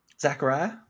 Zachariah